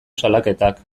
salaketak